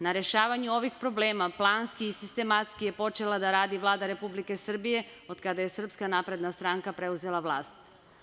Na rešavanju ovih problema planski i sistematski je počela da radi Vlada Republike Srbije od kada je SNS preuzela vlast.